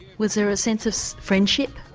was there a sense of friendship,